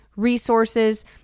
resources